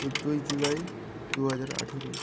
চোদ্দোই জুলাই দু হাজার আঠেরো